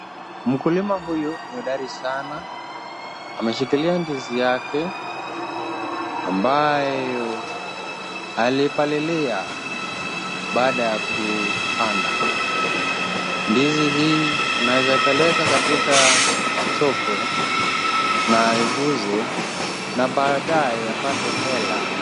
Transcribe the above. Mkulima huyu ni hodari sana. Ameshikilia ndizi yake ambayo alipalilia baada ya kupanda. Ndizi hii anaeza peleka katika soko na aiuze na baadaye apate hela.